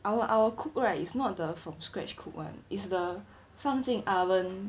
our our cook right it's not the from scratch cook [one] it's the 放进 oven